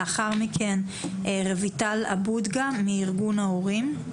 לאחר מכן רויטל אבו דגה מארגון ההורים.